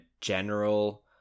general